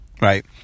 right